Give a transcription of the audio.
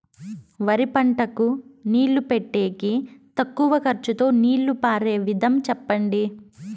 వరి పంటకు నీళ్లు పెట్టేకి తక్కువ ఖర్చుతో నీళ్లు పారే విధం చెప్పండి?